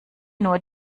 nur